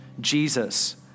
Jesus